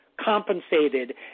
compensated